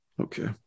Okay